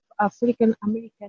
African-American